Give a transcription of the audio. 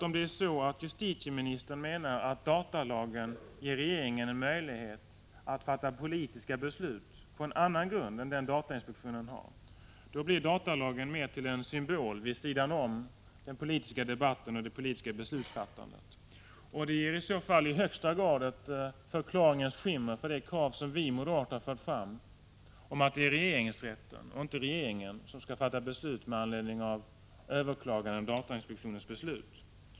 Om justitieministern menar att datalagen ger regeringen en möjlighet att fatta politiska beslut på en annan grund än den datainspektionen har, blir datalagen mer en symbol vid sidan om den politiska debatten och det politiska beslutsfattandet. Det kastar i så fall i högsta grad ett förklaringens ljus över det krav som vi moderater har fört fram, nämligen att det är regeringsrätten och inte regeringen som skall fatta beslut med anledning av överklaganden av datainspektionens beslut.